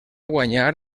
guanyar